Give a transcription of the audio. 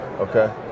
okay